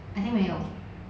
I think 没有